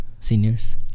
seniors